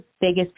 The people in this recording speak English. biggest